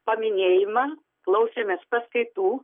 paminėjimą klausėmės paskaitų